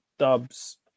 Dubs